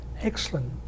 excellent